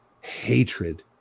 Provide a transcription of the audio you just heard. hatred